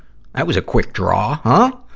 that was a quick draw, huh?